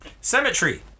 Cemetery